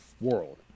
world